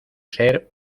ser